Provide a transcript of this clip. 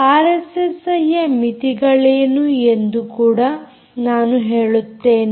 ಆರ್ಎಸ್ಎಸ್ಐಯ ಮಿತಿಗಳೇನು ಎಂದು ಕೂಡ ನಾನು ಹೇಳುತ್ತೇನೆ